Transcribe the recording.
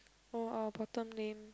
oh our bottom lane